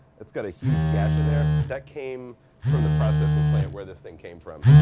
it's got a huge gash in there. that came from the processing plant where this thing came from,